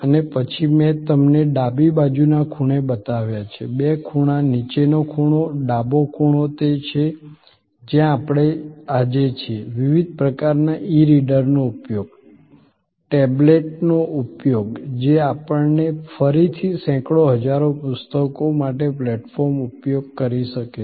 અને પછી મેં તમને ડાબી બાજુના ખૂણે બતાવ્યા છે બે ખૂણા નીચેનો ખૂણો ડાબો ખૂણો તે છે જ્યાં આપણે આજે છીએ વિવિધ પ્રકારના ઇ રીડરનો ઉપયોગ ટેબ્લેટનો ઉપયોગ જે આપણને ફરીથી સેંકડો હજારો પુસ્તકો માટે પ્લેટફોર્મનો ઉપયોગ કરી શકે છે